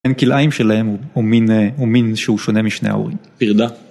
כן, כלאיים שלהם או מין שהוא שונה משני ההורים. פרדה.